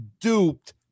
duped